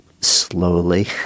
slowly